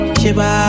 shiba